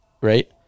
right